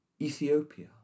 Ethiopia